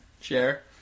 share